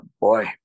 boy